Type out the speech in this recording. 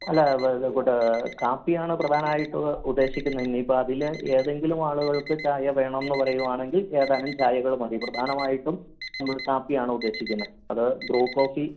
അല്ല ഇവിടെ കാപ്പിയാണ് പ്രധാനായിട്ടും ഉദ്ദേശിക്കുന്നത് ഇനിയിപ്പോള് അതില് ഏതെങ്കിലും ആളുകൾക്ക് ചായ വേണമെന്നു പറയുകയാണെങ്കിൽ ഏതാനും ചായകള് മതി പ്രധാനമായിട്ടും നമ്മള് കാപ്പിയാണുദ്ദേശിക്കുന്നത് അത് ബ്രൂ കോഫി